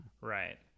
right